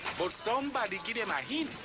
but somebody give them a hint.